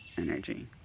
energy